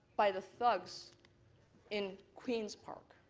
by the thugs in queens park.